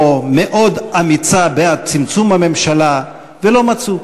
או מאוד אמיצה בעד צמצום הממשלה, ולא מצאו.